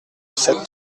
sept